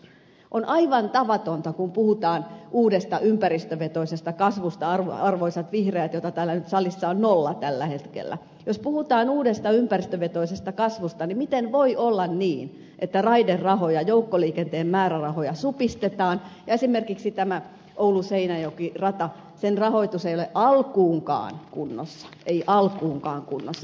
on aivan tavatonta kun puhutaan uudesta ympäristövetoisesta kasvusta arvoisat vihreät joita salissa on nolla tällä hetkellä että jos puhutaan uudesta ympäristövetoisesta kasvusta miten voi olla niin että raiderahoja joukkoliikenteen määrärahoja supistetaan ja esimerkiksi tämän ouluseinäjoki radan rahoitus ei ole alkuunkaan kunnossa ei alkuunkaan kunnossa